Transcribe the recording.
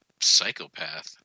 psychopath